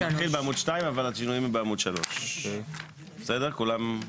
זה מתחיל בעמוד 2 אבל השינויים הם בעמוד 3. בסדר כולם?